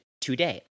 today